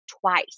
twice